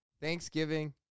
Thanksgiving